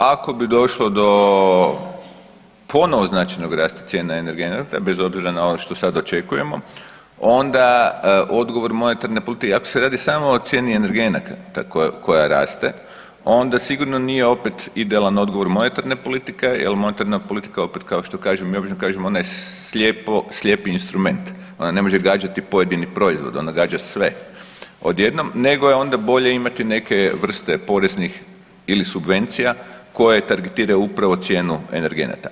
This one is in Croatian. Da, ako bi došlo do ponovno značajnog rasta cijena energenata, bez obzira na ono što sad očekujemo onda odgovor monetarne politike, i ako se radi samo o cijeni energenata ta koja raste onda sigurno nije opet idealan odgovor monetarne politike, jel monetarna politika opet kao što kažem mi obično kažemo ona je slijepi instrument, ona ne može gađati pojedini proizvod ona gađa sve odjednom nego je onda bolje imati neke vrste poreznih ili subvencija koje targetiraju upravo cijenu energenata.